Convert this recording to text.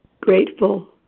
grateful